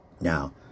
Now